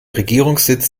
regierungssitz